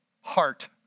heart